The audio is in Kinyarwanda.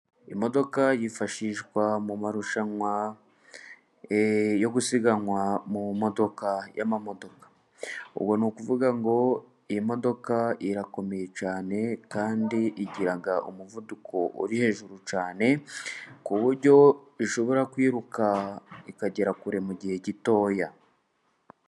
Imodoka yifashishwa mu marushanwa yo gusiganwa y'amamodoka. Ubu ni ukuvuga ngo iyi modoka irakomeye cyane， kandi igira umuvuduko uri hejuru cyane, ku buryo ishobora kwiruka， ikagera kure mu gihe gitoya.